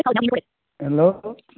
hello